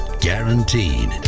guaranteed